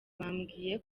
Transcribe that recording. bambwiye